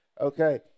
Okay